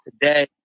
today